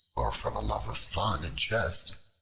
or from a love of fun and jest,